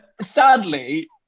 sadly